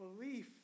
belief